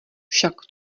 však